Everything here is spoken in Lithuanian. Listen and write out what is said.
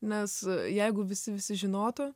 nes jeigu visi visi žinotų